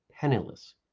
penniless